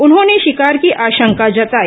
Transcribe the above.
उन्होंने शिकार की आशंका जताई